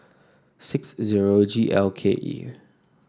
six zero G L K E